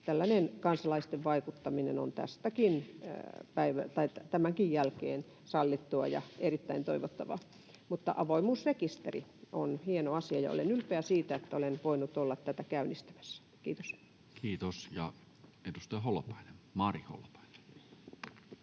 Tällainen kansalaisten vaikuttaminen on tämänkin jälkeen sallittua ja erittäin toivottavaa. Avoimuusrekisteri on hieno asia, ja olen ylpeä siitä, että olen voinut olla tätä käynnistämässä. — Kiitos. [Speech 218] Speaker: Toinen